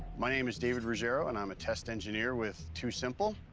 my name is david ruggiero, and i'm a test engineer with tusimple.